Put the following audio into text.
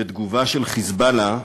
ותגובה של "חיזבאללה"